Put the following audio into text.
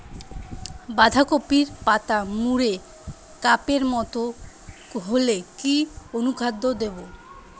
বাঁধাকপির পাতা মুড়ে কাপের মতো হলে কি অনুখাদ্য দেবো?